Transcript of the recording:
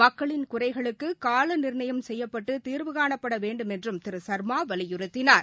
மக்களின் குறைகளுக்கு கால நிர்ணயம் செய்யப்பட்டு தீர்வு காணப்பட வேண்டுமென்றும் திரு ச்மா வலியுறுத்தினார்